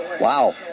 Wow